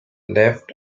left